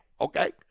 okay